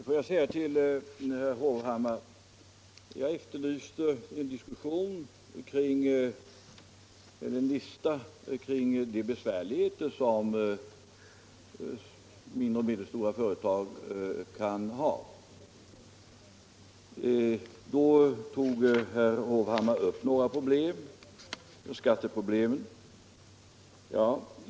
Fru talman! Låg mig säga några ord till herr Hovhammar. Jag efterlyste en lista över de besvärligheter som de mindre och medelstora företagen kan ha. Herr Hovhammar tog då upp några problem, främst skatteproblemen.